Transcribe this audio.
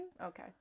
Okay